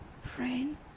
friend